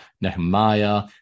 Nehemiah